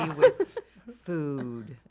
and with food